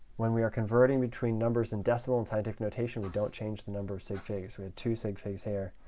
when we are converting between numbers and decimals and scientific notation, we don't change the number of sig figs. we had two sig figs here.